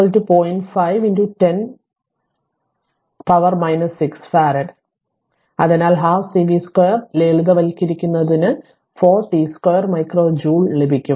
5 10 പവറിലേക്ക് 6 ഫറാഡ് അതിനാൽ പകുതി C v 2 ലളിതവൽക്കരിക്കുന്നതിന് 4 t 2 മൈക്രോ ജൂൾ ലഭിക്കും